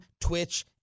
Twitch